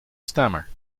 stammer